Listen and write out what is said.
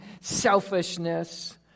selfishness